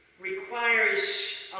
requires